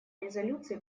резолюции